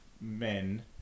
Men